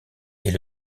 est